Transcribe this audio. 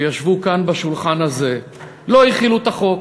שישבו כאן בשולחן הזה לא החילו את החוק.